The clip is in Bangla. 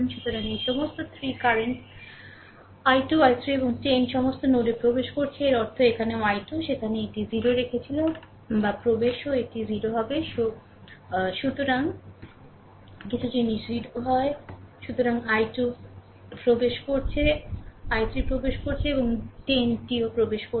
সুতরাং এই সমস্ত 3 কারেন্ট i2 i3 এবং 10 সমস্ত নোডে প্রবেশ করছে এর অর্থ এখানেও I2 সেখানে এটি 0 রেখেছিল বা প্রবেশও এটি 0 হবে সুতরাং কিছু জিনিস 0 হয় সুতরাং i2 প্রবেশ করছে i3 প্রবেশ করছে এবং 10 টিও প্রবেশ করছে